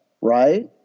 right